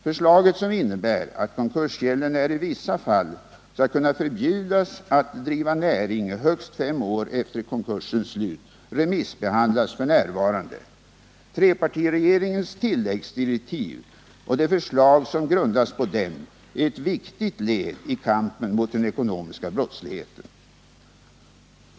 Förslaget, som innebär att konkursgäldenär i vissa fall skall kunna förbjudas att driva näring i högst fem år efter konkursens slut, remissbehandlas f. n. Trepartiregeringens tilläggsdirektiv — och det förslag som grundas på dem -— är ett viktigt led i kampen mot den ekonomiska brottsligheten.